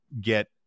get